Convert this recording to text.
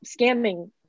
scamming